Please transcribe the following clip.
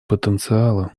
потенциала